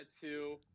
two